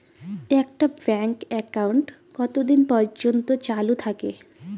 একটা bank account কতদিন পর্যন্ত চালু থাকে?